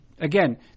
again